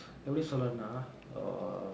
எப்டி சொல்றனா:epdi solranaa err